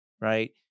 right